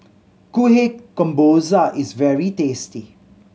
Kuih Kemboja is very tasty